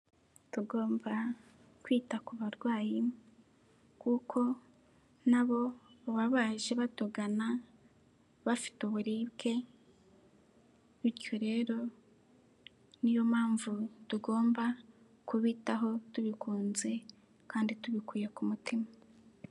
Tugomba kwita ku barwayi, kuko na bo baba baje batugana, bafite uburibwe, bityo rero niyo mpamvu tugomba kubitaho tubikunze kandi tubikuye ku mutima.